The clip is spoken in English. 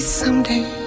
someday